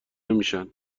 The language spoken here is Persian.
نمیشن